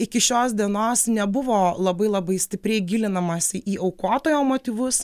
iki šios dienos nebuvo labai labai stipriai gilinamasi į aukotojo motyvus